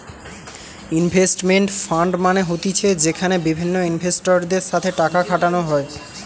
investment fund মানে হতিছে যেখানে বিভিন্ন ইনভেস্টরদের সাথে টাকা খাটানো হয়